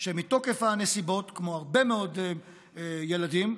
שמתוקף הנסיבות, כמו הרבה מאוד ילדים,